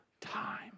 time